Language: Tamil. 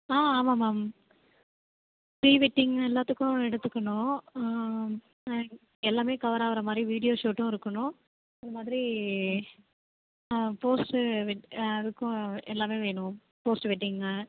ஆமாம் மேம் ப்ரீ வெட்டிங் எல்லாத்துக்கும் எடுத்துக்கணும் எல்லாமே கவர் ஆகிற மாதிரி வீடியோ ஷூட்டும் இருக்கணும் அது மாதிரி போஸ்ட்டு அதுக்கும் எல்லாமே வேணும் போஸ்ட் வெட்டிங்கு